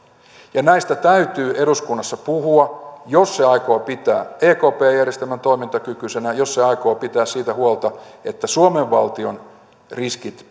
näistä täytyy eduskunnassa puhua jos se aikoo pitää ekp järjestelmän toimintakykyisenä jos se aikoo pitää siitä huolta että suomen valtion riskit